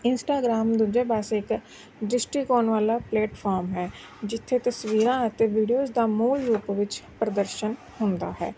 Instagram ਦੂਜੇ ਪਾਸੇ ਇੱਕ ਦ੍ਰਿਸ਼ਟੀ ਕੋਣ ਵਾਲਾ ਪਲੇਟਫੋਰਮ ਹੈ ਜਿੱਥੇ ਤਸਵੀਰਾਂ ਅਤੇ ਵੀਡੀਓਜ਼ ਦਾ ਮੂਲ ਰੂਪ ਵਿੱਚ ਪ੍ਰਦਰਸ਼ਨ ਹੁੰਦਾ ਹੈ